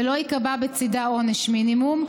ולא ייקבע בצידה עונש מינימום.